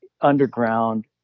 underground